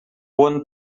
wanna